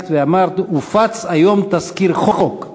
דייקת ואמרת: הופץ היום תזכיר חוק.